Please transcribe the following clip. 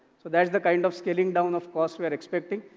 so that's the kind of scaling down of cost we are expecting,